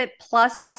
plus